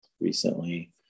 recently